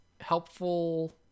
helpful